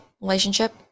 relationship